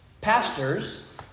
pastors